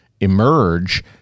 emerge